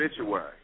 obituary